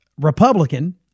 Republican